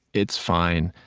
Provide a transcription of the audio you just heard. it's fine.